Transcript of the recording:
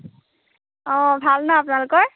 অঁ ভাল ন আপোনালোকৰ